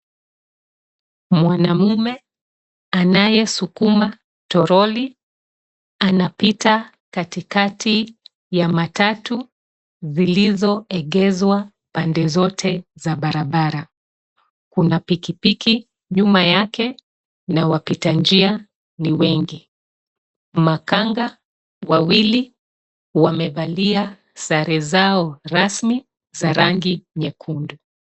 Mwanaume anayeskuma troli anapita katikati ya matatu zilizoegeshwa pande zote za barabara. Kuna pikipiki nyuma yake na watu ni wengi. Makanga wawili wamevalia sare zao rasmi za rangi nyekundu.